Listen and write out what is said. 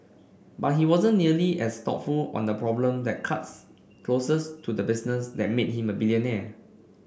but he wasn't nearly as thoughtful on the problem that cuts closest to the business that made him a billionaire